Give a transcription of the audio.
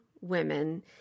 women